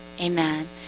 Amen